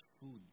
food